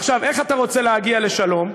עכשיו, איך אתה רוצה להגיע לשלום?